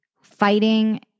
fighting